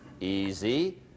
easy